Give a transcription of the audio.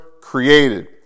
created